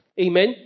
Amen